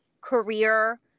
career